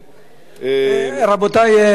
רבותי.